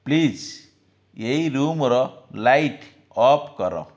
please ଏହି ରୁମ୍ର light off କର